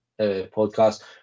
podcast